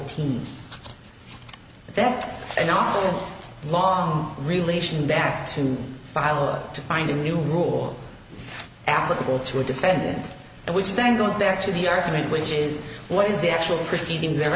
n that an awful long relation back to fila to find a new rule applicable to a defendant and which then goes back to the argument which is what is the actual proceedings there